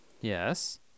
Yes